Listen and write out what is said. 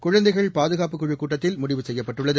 குழந்தைகள் பாதுகாப்புக் குழுக் கூட்டத்தில் முடிவு செய்யப்பட்டுள்ளது